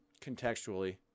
contextually